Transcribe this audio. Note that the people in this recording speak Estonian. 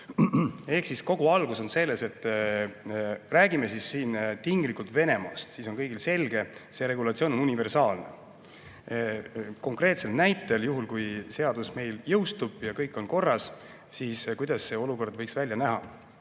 poolt. Kogu algus on selles, et räägime siin tinglikult Venemaast, kuigi kõigile on selge, et see regulatsioon on universaalne. Konkreetsel näitel, juhul kui seadus meil jõustub ja kõik on korras, kuidas see olukord võiks välja näha?